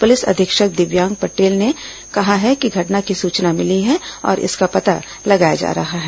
police अधीक्षक दिव्यांग पटेल ने कहा है कि घटना की सूचना मिली है और इसका पता लगाया जा रहा है